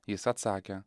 jis atsakė